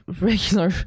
regular